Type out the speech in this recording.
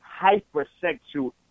hypersexual